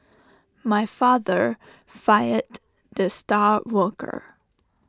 my father fired the star worker